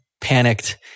panicked